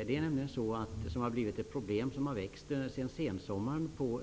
Detta är sedan sensommaren ett växande problem